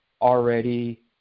already